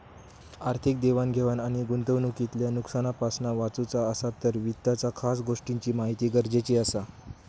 आर्थिक देवाण घेवाण आणि गुंतवणूकीतल्या नुकसानापासना वाचुचा असात तर वित्ताच्या खास गोष्टींची महिती गरजेची असता